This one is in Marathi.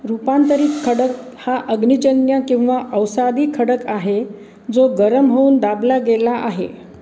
रूपांतरित खडक हा अग्निजन्य किंवा अवसादी खडक आहे जो गरम होऊन दाबला गेला आहे